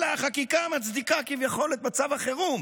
אלא החקיקה מצדיקה כביכול את מצב החירום.